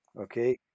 okay